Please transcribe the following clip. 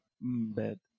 Bad